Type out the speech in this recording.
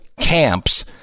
camps